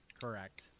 Correct